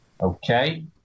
Okay